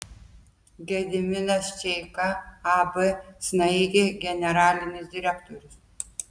gediminas čeika ab snaigė generalinis direktorius